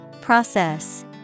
Process